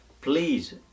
please